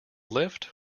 lift